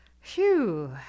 Phew